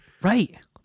right